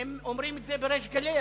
הם אומרים את זה בריש גלי.